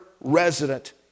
resident